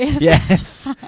Yes